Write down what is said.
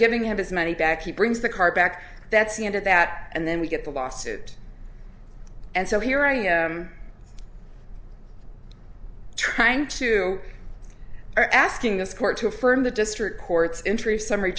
giving him his money back he brings the car back that's the end of that and then we get the lawsuit and so here i am trying to asking this court to affirm the district court's in true summary